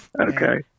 okay